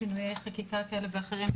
שינויי חקיקה כאלה ואחרים,